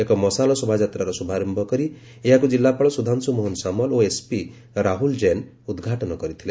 ଏକ ମଶାଲ ଶୋଭାଯାତ୍ରାର ଶୁଭାର ଏହାକୁ ଜିଲ୍ଲାପାଳ ସୁଧାଂଶୁ ମୋହନ ସାମଲ ଓ ଏସପି ରାହୁଲ ଜେନ୍ ଉଦ୍ଘାଟନ କରିଥିଲେ